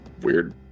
weird